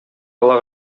ала